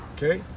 Okay